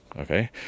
Okay